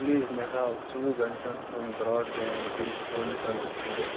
please مےٚ ہاو ژوٚوُہ گنٛٹن ہُنٛد برٛاڈ بینٛڈ بِلہِ ہُنٛد ٹرانزیکشن رٔسی